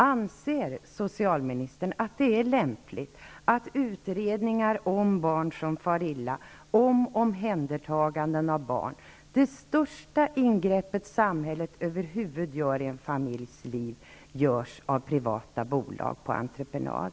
Anser socialministern att det är lämpligt att utredningar om barn som far illa och om omhändertagande av barn -- som är det största ingreppet samhället över huvud taget kan göra i en familjs liv -- görs av privata bolag på entreprenad?